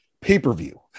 pay-per-view